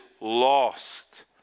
lost